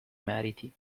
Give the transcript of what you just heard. meriti